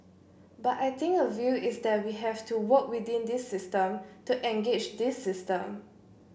but I think a view is that we have to work within this system to engage this system